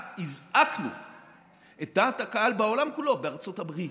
הזעקנו את דעת הקהל בעולם כולו, בארצות הברית,